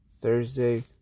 Thursday